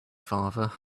farther